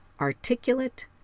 articulate